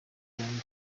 cyangwa